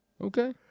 Okay